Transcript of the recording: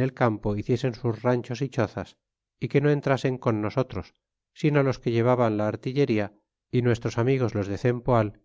el campo hiciesen sus ranchos é chozas é que no entrasen con nosotros sino los que llevaban la artillería y nuestros amigos los de cempoal